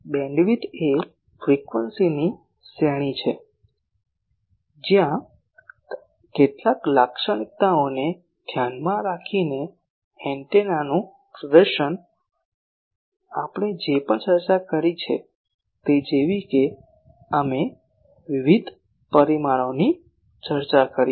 bandwidth એ ફ્રીક્વન્સીઝની શ્રેણી છે જેમાં કેટલાક લાક્ષણિકતાઓને ધ્યાનમાં રાખીને એન્ટેનાનું પ્રદર્શન આપણે જે પણ ચર્ચા કરી છે તે જેવી કે અમે વિવિધ પરિમાણોની ચર્ચા કરી છે